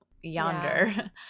yonder